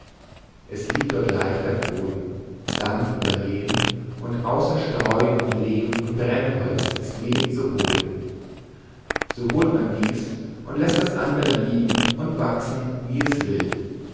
es liegt dort leichter boden sand über lehm und außer streu und lehm und brennholz ist wenig zu holen so holt man dies und läßt das andere liegen und wachsen wie es will